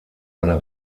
eine